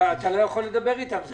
אתה לא יכול לדבר אתם .